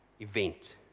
event